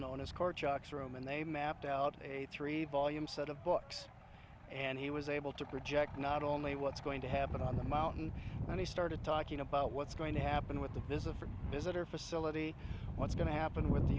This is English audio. known as core chuck's room and they mapped out a three volume set of books and he was able to project not only what's going to happen on the mountain and he started talking about what's going to happen with the visitor visitor facility what's going to happen with the